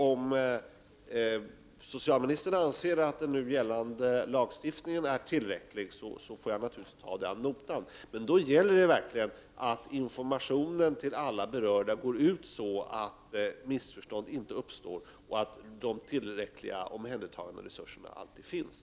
Om socialministern anser att den nu gällande lagstiftningen är tillräcklig, får jag naturligtvis ta det ad notam. Men då gäller det verkligen att informationen till alla berörda går ut så att missförstånd inte uppstår och att det alltid finns tillräckliga resurser för omhändertagande.